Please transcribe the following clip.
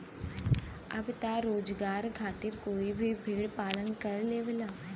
अब त रोजगार खातिर कोई भी भेड़ पालन कर लेवला